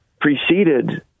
preceded